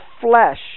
flesh